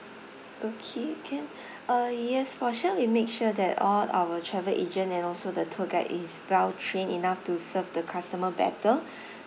okay can uh yes for sure we made sure that all our travel agent and also the tour guide is well trained enough to serve the customer better